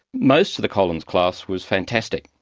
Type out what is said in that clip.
most of the collins class was fantastic,